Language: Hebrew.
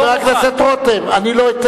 חבר הכנסת רותם,